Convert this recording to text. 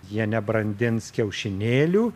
jie nebrandins kiaušinėlių